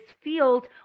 field